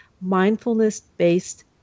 mindfulness-based